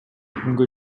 күнгө